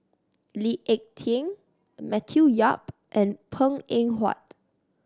Lee Ek Tieng Matthew Yap and Png Eng Huat